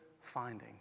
finding